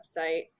website